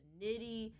nitty